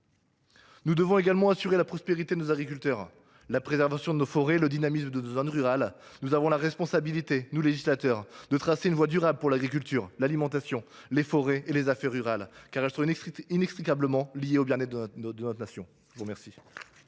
Nous devons assurer la prospérité de nos agriculteurs, la préservation de nos forêts et le dynamisme de nos zones rurales. Nous avons la responsabilité, nous, législateurs, de tracer une voie durable pour l’agriculture, l’alimentation, les forêts et les affaires rurales, car elles sont inextricablement liées au bien être de notre nation. La parole